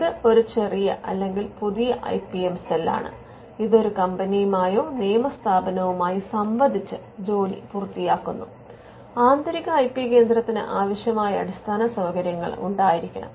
ഇത് ഒരു ചെറിയ അല്ലെങ്കിൽ പുതിയ ഐ പി എം സെല്ലാണ് ഇത് ഒരു കമ്പനിയുമായോ നിയമ സ്ഥാപനവുമായോ സംവദിച്ച് ജോലി പൂർത്തിയാക്കുന്നു ആന്തരിക ഐ പി കേന്ദ്രത്തിന് ആവശ്യമായ അടിസ്ഥാന സൌകര്യങ്ങൾ ഉണ്ടായിരിക്കണം